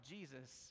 Jesus